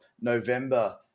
November